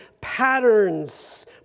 patterns